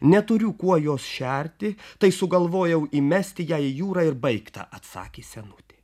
neturiu kuo jos šerti tai sugalvojau įmesti ją į jūrą ir baigta atsakė senutė